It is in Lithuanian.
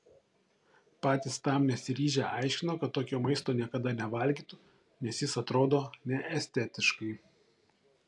patys tam nesiryžę aiškino kad tokio maisto niekada nevalgytų nes jis atrodo neestetiškai